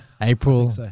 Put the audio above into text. April